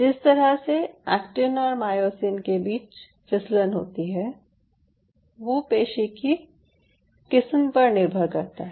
जिस गति से एक्टिन और मायोसिन के बीच फिसलन होती है वो पेशी की किस्म पर निर्भर करता है